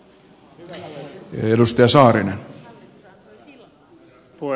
herra puhemies